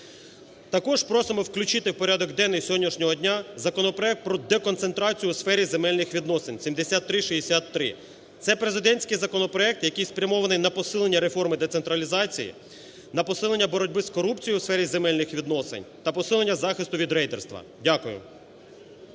Також просимо включити в порядок денний сьогоднішнього дня законопроект про деконцентрацію у сфері земельних відносин (7363). Це президентський законопроект, який спрямований на посилення реформи децентралізації, на посилення боротьби з корупцією у сфері земельних відносин та посилення захисту від рейдерства. Дякую.